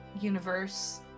universe